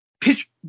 pitch